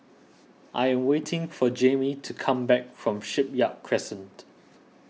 I am waiting for Jaime to come back from Shipyard Crescent